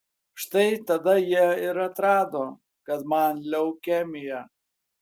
štai tada jie ir atrado kad man leukemija